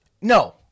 No